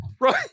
Right